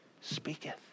speaketh